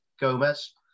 Gomez